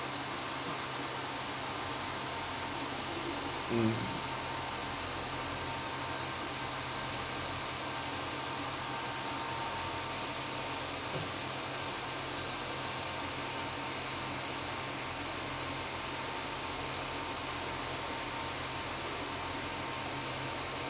mm